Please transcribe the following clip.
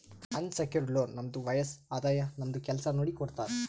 unsecured loan ನಮ್ದು ವಯಸ್ಸ್, ಆದಾಯ, ನಮ್ದು ಕೆಲ್ಸಾ ನೋಡಿ ಕೊಡ್ತಾರ್